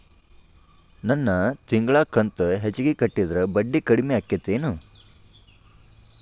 ನನ್ ತಿಂಗಳ ಕಂತ ಹೆಚ್ಚಿಗೆ ಕಟ್ಟಿದ್ರ ಬಡ್ಡಿ ಕಡಿಮಿ ಆಕ್ಕೆತೇನು?